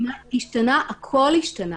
הכול השתנה.